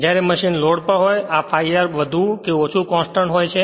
જ્યારે machine load પર હોય આ ∅r વધુ કે ઓછું કોંસ્ટંટ હોય છે